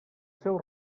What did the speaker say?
seu